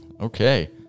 Okay